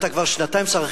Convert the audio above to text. אתה כבר שנתיים שר החינוך,